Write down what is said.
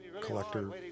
collector